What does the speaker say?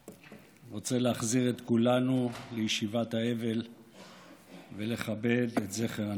אני רוצה להחזיר את כולנו לישיבת האבל ולכבד את זכר הנספים.